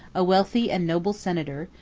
a wealthy and noble senator,